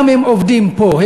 גם הם עובדים פה,